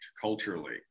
culturally